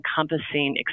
encompassing